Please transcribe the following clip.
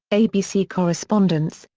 abc correspondents,